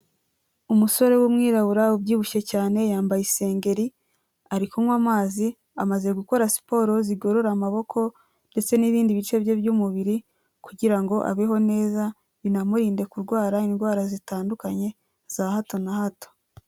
Umusore w'umwirabura ubyibushye cyane yambaye isengeri ari kunywa amazi amaze gukora siporo zigorora amaboko ndetse n'ibindi bice bye by'umubiri kugira ngo abeho neza binamurinde kurwara indwara zitandukanye za hato na hato.